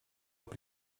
seva